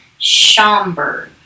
Schomburg